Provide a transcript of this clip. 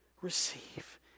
receive